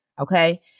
okay